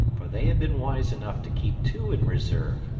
for they had been wise enough to keep two in reserve,